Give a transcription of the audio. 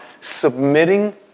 submitting